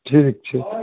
ठीक छै